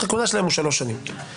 למה שישה ולא שבעה או שמונה?